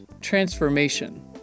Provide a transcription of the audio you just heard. transformation